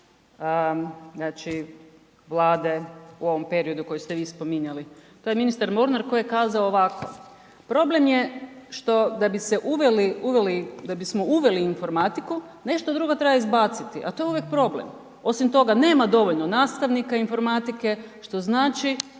Vlade u ovom periodu kojeg ste vi spominjali. To je ministar Mornar koji je kazao ovako: „Problem je što da bismo uveli u informatiku nešto drugo treba izbacit a to je uvijek problem. Osim toga, nema dovoljno nastavnika informatike što znači